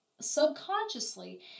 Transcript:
subconsciously